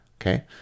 Okay